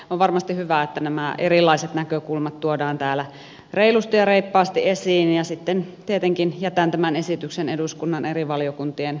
on varmasti hyvä että nämä erilaiset näkökulmat tuodaan täällä reilusti ja reippaasti esiin ja sitten tietenkin jätän tämän esityksen eduskunnan eri valiokuntien harkittavaksi